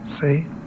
See